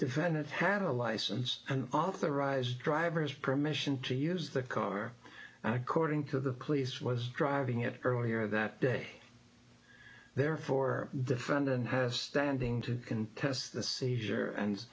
defendant had a license and authorized driver's permission to use the car cording to the police was driving it earlier that day therefore the fountain has standing to contest the seizure and